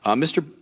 um mr.